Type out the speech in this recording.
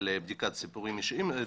על בדיקת סיפורים אישיים.